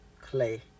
Clay